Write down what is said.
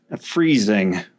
freezing